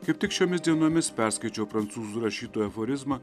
kaip tik šiomis dienomis perskaičiau prancūzų rašytojo aforizmą